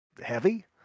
heavy